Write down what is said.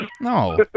No